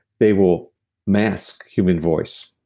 they will mask human voice.